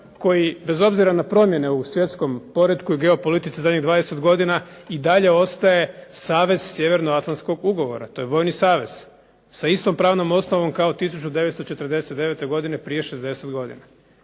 koji, bez obzira na promjene u svjetskom poretku i geopolitici u zadnjih 20 godina i dalje ostaje savez Sjevernoatlantskog ugovora. To je vojni savez, sa istom pravnom osnovom kao 1949. godine, prije 60 godina.